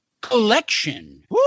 Collection